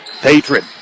Patron